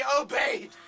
obeyed